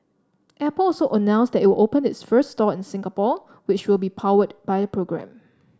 Apple also announced that it will open its first store in Singapore which will be powered by the program